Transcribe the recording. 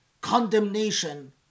condemnation